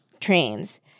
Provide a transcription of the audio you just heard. trains